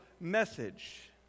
message